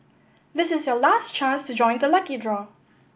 this is your last chance to join the lucky draw